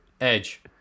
Edge